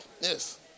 Yes